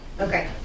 Okay